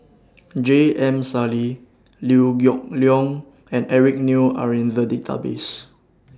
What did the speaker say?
J M Sali Liew Geok Leong and Eric Neo Are in The Database